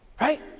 Right